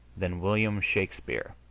than william shakespeare,